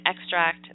extract